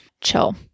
Chill